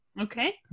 Okay